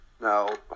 Now